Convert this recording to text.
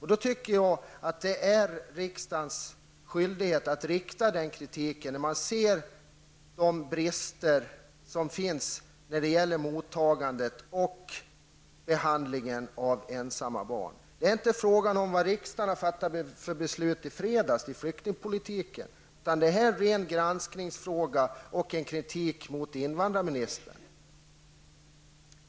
Jag anser att det är riksdagens skyldighet att rikta kritik när man ser de brister som finns i mottagandet och behandlingen av ensamma barn. Det är inte fråga om vilka beslut som riksdagen har fattat i fredags om flyktingpolitiken. Detta är en granskningsfråga som lett till kritik mot invandrarministern.